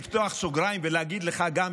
לפתוח סוגריים ולהגיד גם לך,